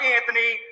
Anthony